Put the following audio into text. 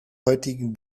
heutigen